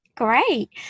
great